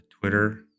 Twitter